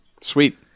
Sweet